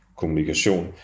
kommunikation